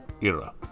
era